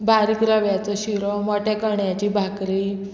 बारीक रव्याचो शिरो मोट्या कण्याची भाकरी